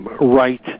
right